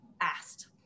asked